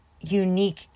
unique